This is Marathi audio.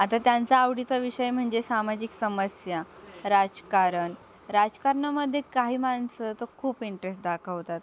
आता त्यांचा आवडीचा विषय म्हणजे सामाजिक समस्या राजकारण राजकारणामध्ये काही माणसं तर खूप इंटरेस्ट दाखवतात